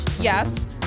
Yes